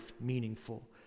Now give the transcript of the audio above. meaningful